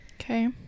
Okay